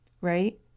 right